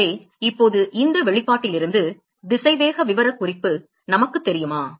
எனவே இப்போது இந்த வெளிப்பாட்டிலிருந்து திசைவேக விவரக்குறிப்பு நமக்குத் தெரியுமா